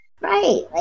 Right